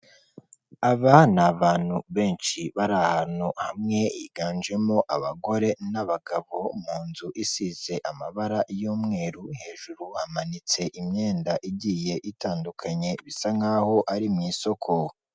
Aba ni abantu benshi bari ahantu hamwe, higanjemo abagore n'abagabo mu nzu isize amabara y'umweru, hejuru hamanitse imyenda igiye itandukanye, bisa nkaho ari mu isoko.